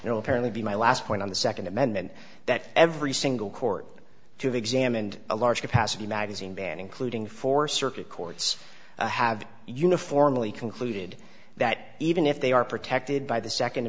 know apparently be my last point on the second amendment that every single court to examined a large capacity mag bad including four circuit courts have uniformly concluded that even if they are protected by the second